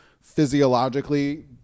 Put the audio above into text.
physiologically